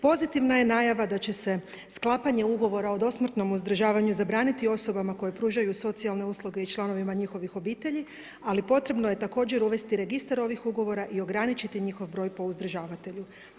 Pozitivna je najava da će se sklapanje ugovora o dosmrtnom uzdržavanju zabraniti osobama koje pružaju socijalne usluge i članova njihovih obitelji ali potrebno je također uvesti registar ovih ugovora i ograničiti njihov broj po uzdržavatelju.